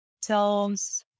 tells